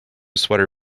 sweater